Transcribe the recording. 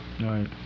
right